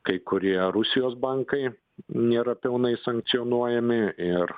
kai kurie rusijos bankai nėra pilnai sankcionuojami ir